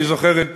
אני זוכר את